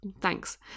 thanks